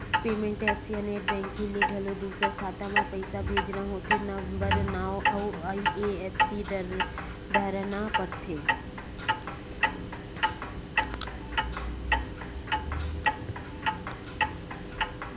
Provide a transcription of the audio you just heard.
payment apps या net banking ले घलो दूसर खाता म पइसा भेजना होथे त नंबरए नांव अउ आई.एफ.एस.सी डारना परथे